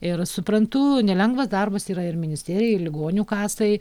ir suprantu nelengvas darbas yra ir ministerijai ir ligonių kasai